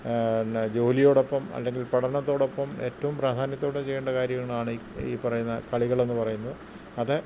പിന്നെ ജോലിയോടൊപ്പം അല്ലെങ്കിൽ പഠനത്തോടൊപ്പം ഏറ്റവും പ്രാധാന്യത്തോടെ ചെയ്യേണ്ട കാര്യമാണ് ഈ പറയുന്ന കളികളെന്ന് പറയുന്നത് അത്